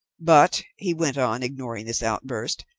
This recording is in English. but, he went on, ignoring this outburst,